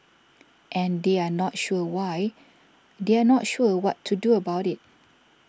and they are not sure why they are not sure what to do about it